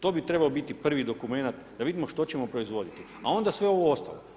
To bi trebao biti prvi dokumenat da vidimo što ćemo proizvoditi, a onda sve ovo ostalo.